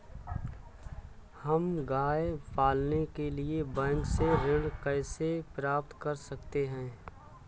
हम गाय पालने के लिए बैंक से ऋण कैसे प्राप्त कर सकते हैं?